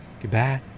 Goodbye